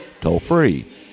toll-free